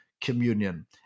communion